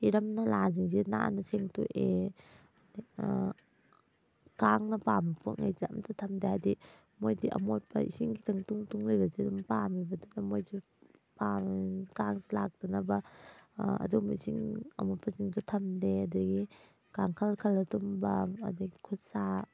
ꯏꯔꯝ ꯅꯂꯥꯁꯤꯡꯁꯦ ꯅꯥꯟꯅ ꯁꯦꯡꯇꯣꯛꯑꯦ ꯀꯥꯡꯅ ꯄꯥꯝꯕ ꯄꯣꯠꯉꯩꯁꯦ ꯑꯝꯇꯥ ꯊꯝꯗꯦ ꯍꯥꯏꯗꯤ ꯃꯣꯏꯗꯤ ꯑꯃꯣꯠꯄ ꯏꯁꯤꯡ ꯈꯤꯇꯪ ꯇꯨꯡ ꯇꯨꯡ ꯂꯩꯕꯁꯦ ꯑꯗꯨꯝ ꯄꯥꯝꯃꯦꯕ ꯑꯗꯨꯅ ꯃꯣꯏꯁꯦ ꯀꯥꯡꯁꯤ ꯂꯥꯛꯇꯅꯕ ꯑꯗꯨꯒꯨꯝꯕ ꯏꯁꯤꯡ ꯑꯃꯣꯠꯄ ꯁꯤꯡꯁꯨ ꯊꯝꯗꯦ ꯑꯗꯒꯤ ꯀꯥꯡꯈꯜ ꯈꯜꯂ ꯇꯨꯝꯕ ꯑꯗꯒꯤ ꯈꯨꯠꯁꯥ